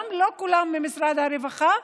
לא כולם ממשרד הרווחה,